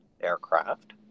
aircraft